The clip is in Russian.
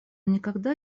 никогда